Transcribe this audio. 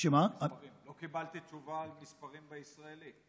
לא קיבלתי תשובה על המספרים במגזר הישראלי.